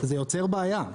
זה יוצר בעיה.